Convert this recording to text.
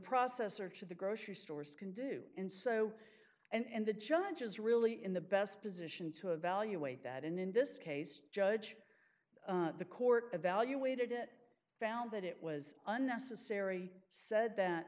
processor to the grocery stores can do and so and the challenge is really in the best position to evaluate that and in this case judge the court evaluated it found that it was unnecessary said that